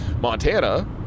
Montana